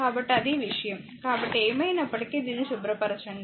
కాబట్టి అది విషయం కాబట్టి ఏమైనప్పటికీ దీన్ని శుభ్రపరచడం